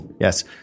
Yes